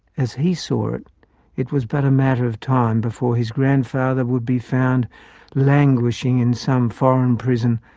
as he saw it, it was but a matter of time before his grandfather would be found languishing in some foreign prison,